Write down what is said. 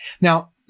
Now